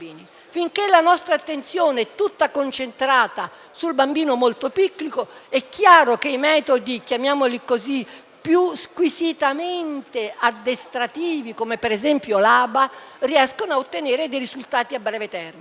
Finché la nostra attenzione è tutta concentrata sul bambino molto piccolo, è chiaro che i metodi, chiamiamoli così, più squisitamente addestrativi, come per esempio l'ABA riescono a ottenere dei risultati a breve termine,